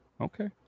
Okay